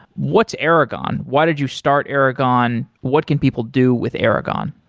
what's aragon? why did you start aragon? what can people do with aragon?